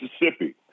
Mississippi